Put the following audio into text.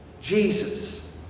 Jesus